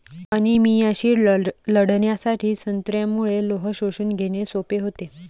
अनिमियाशी लढण्यासाठी संत्र्यामुळे लोह शोषून घेणे सोपे होते